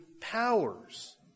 powers